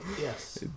Yes